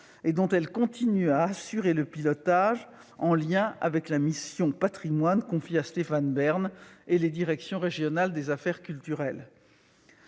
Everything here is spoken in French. et dont elle continue à assurer le pilotage, en lien avec la mission Patrimoine confiée à Stéphane Bern et les directions régionales des affaires culturelles.